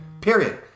Period